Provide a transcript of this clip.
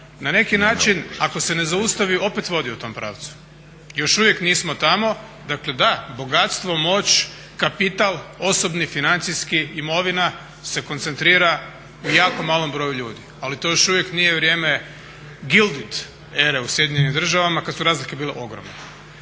na neki način ako se ne zaustavi opet vodi u tom pravcu. Još uvijek nismo tamo. Dakle da, bogatstvo, moć, kapital, osobni financijski, imovina se koncentrira u jako malom broju ljudi, ali to još uvijek nije vrijeme guild it ere u SAD-u kada su razlike bile ogromne.